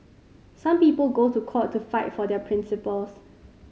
some people go to court to fight for their principles